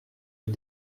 est